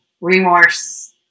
remorse